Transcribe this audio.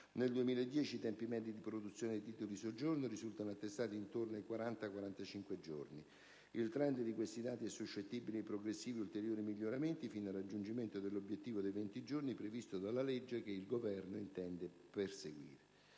Nel 2010, i tempi medi di produzione dei titoli di soggiorno risultano attestati intorno ai 40-45 giorni. Il *trend* di questi dati è suscettibile di progressivi, ulteriori miglioramenti, fino al raggiungimento dell'obiettivo dei venti giorni, previsto dalla legge, che il Governo intende perseguire.